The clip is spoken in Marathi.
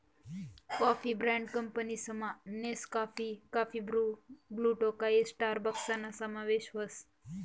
कॉफी ब्रँड कंपनीसमा नेसकाफी, काफी ब्रु, ब्लु टोकाई स्टारबक्सना समावेश व्हस